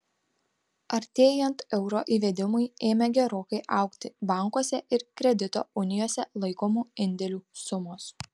artėjant euro įvedimui ėmė gerokai augti bankuose ir kredito unijose laikomų indėlių sumos